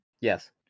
Yes